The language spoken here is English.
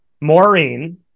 Maureen